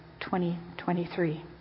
2023